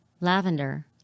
Lavender